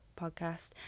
podcast